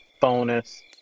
bonus